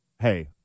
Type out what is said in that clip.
Hey